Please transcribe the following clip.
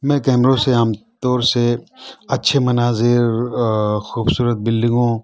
میں کیمروں سے عام طور سے اچھے مناظر خوبصورت بلڈنگوں